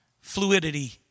fluidity